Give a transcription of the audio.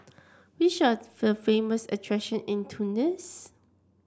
which are the famous attraction in Tunis